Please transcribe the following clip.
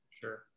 Sure